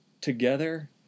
together